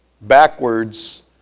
backwards